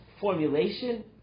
formulation